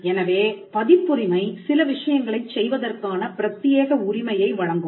எனவே பதிப்புரிமை சில விஷயங்களைச் செய்வதற்கான பிரத்தியேக உரிமையை வழங்கும்